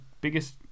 biggest